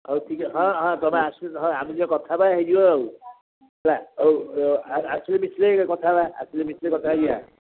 ହଉ ଠିକ୍ ହଁ ହଁ ତୁମ ଆସ ହଁ ଆମେ କଥା ହୋଇଯିବା ଆଉ ହେଲା ଆସିଲେ ମିଶିଲେ କଥା ଆସିଲେ ମିଶିଲେ କଥା ହୋଇଯିବା